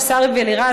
ולשרי ולירז,